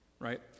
right